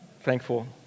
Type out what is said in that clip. thankful